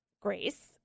Grace